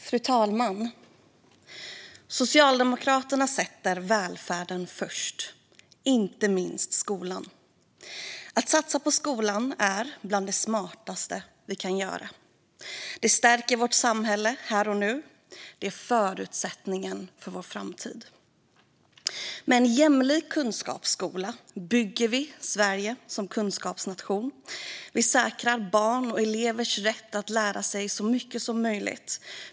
Fru talman! Socialdemokraterna sätter välfärden först. Det gäller inte minst skolan. Att satsa på skolan är bland det smartaste vi kan göra. Det stärker vårt samhälle här och nu. Det är förutsättningen för vår framtid. Med en jämlik kunskapsskola bygger vi Sverige som kunskapsnation. Vi säkrar barns och elevers rätt att lära sig så mycket som möjligt.